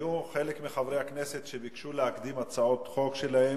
חלק מחברי הכנסת ביקשו להקדים את הצעות החוק שלהם.